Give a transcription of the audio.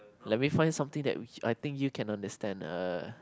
let me find something that which I think you can understand err